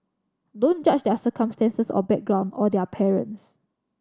don't judge their circumstances or background or their parents